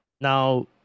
Now